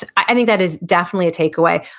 and i think that is definitely a takeaway.